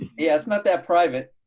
yeah, it's not that private.